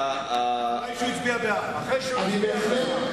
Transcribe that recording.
הצביע בעד מה שהוא קרא לזרוק אנשים מהבית,